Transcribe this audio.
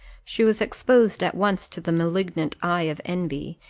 she was exposed at once to the malignant eye of envy,